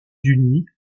unis